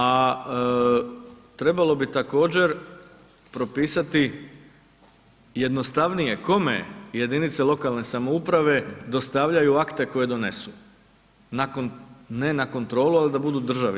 A trebalo bi također propisati jednostavnije kome jedinice lokalne samouprave dostavljaju akte koje donesu, ne na kontrolu ali da budu državi.